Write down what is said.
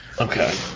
Okay